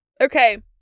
Okay